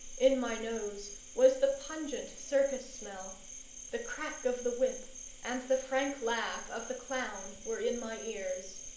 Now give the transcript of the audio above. in my nose was the pungent circus-smell the crack of the whip and the frank laugh of the clown were in my ears.